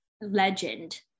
legend